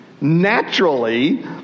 naturally